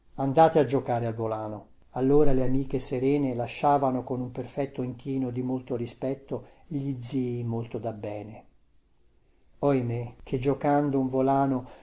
andate a giocare al volano allora le amiche serene lasciavano con un perfetto inchino di molto rispetto gli zii molto dabbene i oimè che giocando un volano